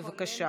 בבקשה,